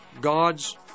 God's